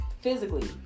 physically